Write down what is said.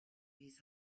his